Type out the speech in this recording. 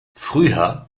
früher